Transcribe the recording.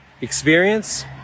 experience